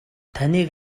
таныг